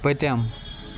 پٔتِم